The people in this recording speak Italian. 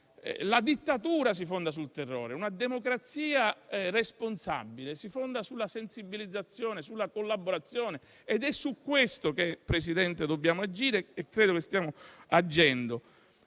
La dittatura si fonda sul terrore; una democrazia responsabile si fonda sulla sensibilizzazione e sulla collaborazione. È su questo, signor Presidente del Consiglio, che dobbiamo agire e credo che stiamo agendo.